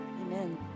amen